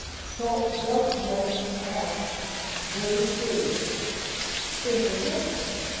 so does dress have very serious implications?